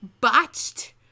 botched